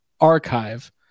archive